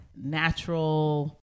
natural